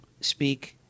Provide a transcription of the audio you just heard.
speak